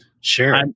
Sure